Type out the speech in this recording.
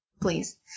please